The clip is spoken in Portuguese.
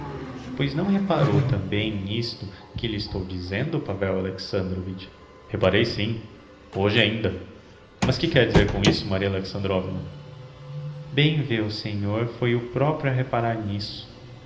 pois não reparou tambem n'isto que lhe estou dizendo pavel alexandrovitch reparei sim hoje ainda mas que quer dizer com isso maria alexandrovna bem vê o senhor foi o proprio a reparar n'isso